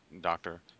doctor